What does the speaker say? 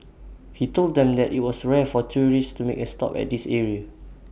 he told them that IT was rare for tourists to make A stop at this area